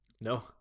no